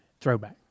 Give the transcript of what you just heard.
throwback